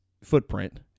footprint